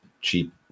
cheap